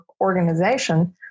organization